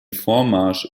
vormarsch